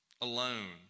alone